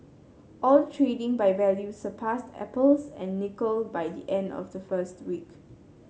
oil trading by value surpassed apples and nickel by the end of the first week